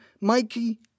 Mikey